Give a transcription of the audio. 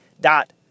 dot